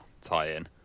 tie-in